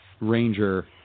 ranger